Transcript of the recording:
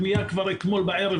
פניה נשלחה כבר אתמול בערב,